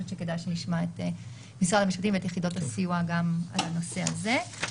כדאי שנשמע את משרד המשפטים ואת יחידות הסיוע גם על הנושא הזה.